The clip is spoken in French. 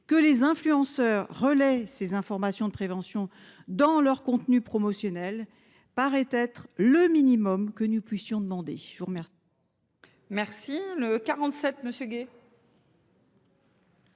Que les influenceurs relaient ces informations de prévention dans leurs contenus promotionnels paraît être le minimum que nous puissions demander. La parole est à M.